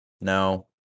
No